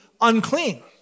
unclean